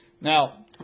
now